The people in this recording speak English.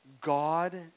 God